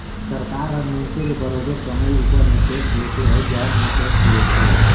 सरकार हर मइनसे ले बरोबेर कमई उपर में टेक्स लेथे अउ जाएत में टेक्स लेथे